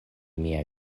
mia